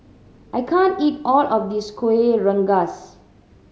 I can't eat all of this Kuih Rengas